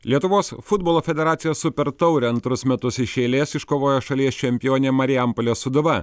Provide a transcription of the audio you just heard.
lietuvos futbolo federacijos super taurę antrus metus iš eilės iškovojo šalies čempionė marijampolės sūduva